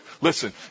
Listen